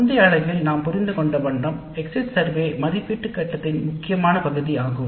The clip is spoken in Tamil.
போன வகுப்பில் நாம் புரிந்து கொண்ட வண்ணம் எக்ஸிட் சர்வே மதிப்பீட்டு கட்டத்தின் முக்கியமான பகுதி ஆகும்